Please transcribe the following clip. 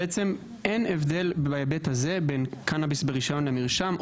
אין הבדל בהיבט הזה בין קנביס ברישיון למרשם.